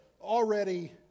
already